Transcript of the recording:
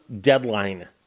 deadline